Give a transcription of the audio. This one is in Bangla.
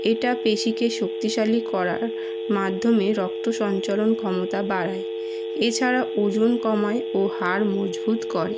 এটা পেশীকে শক্তিশালী করার মাধ্যমে রক্ত সঞ্চালন ক্ষমতা বাড়ায় এছাড়া ওজন কমায় ও হাড় মজভুত করে